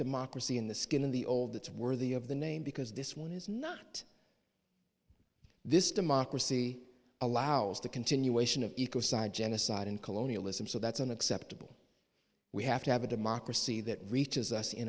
democracy in the skin in the old that's worthy of the name because this one is not this democracy allows the continuation of eco side genocide and colonialism so that's an acceptable we have to have a democracy that reaches us